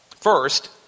first